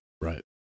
Right